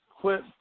quit